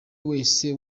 wese